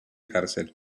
cárcel